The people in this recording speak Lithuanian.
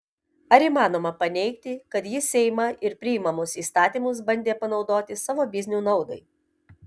ar įmanoma paneigti kad jis seimą ir priimamus įstatymus bandė panaudoti savo biznių naudai